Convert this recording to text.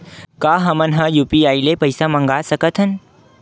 का हमन ह यू.पी.आई ले पईसा मंगा सकत हन?